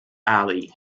ali